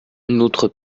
notre